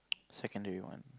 secondary one